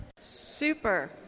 Super